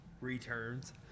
returns